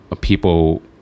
people